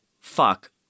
fuck